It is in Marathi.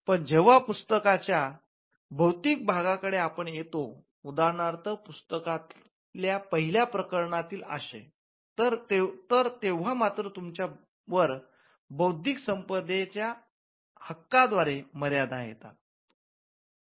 पण जेव्हा पुस्तकाच्या बौद्धिक भागाकडे आपण येतो उदाहरणार्थ पुस्तकातल्या पहिल्या प्रकरणातील आशय तर तेव्हा मात्र तुमच्यावर बौद्धिक संपदेच्या हक्का द्वारे मर्यादा येतात